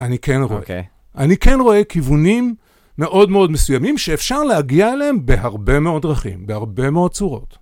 אני כן רואה, אני כן רואה כיוונים מאוד מאוד מסוימים שאפשר להגיע אליהם בהרבה מאוד דרכים, בהרבה מאוד צורות.